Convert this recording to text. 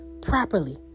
properly